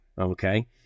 Okay